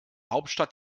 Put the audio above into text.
hauptstadt